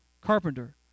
carpenter